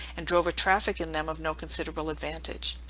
and drove a traffic in them of no considerable advantage.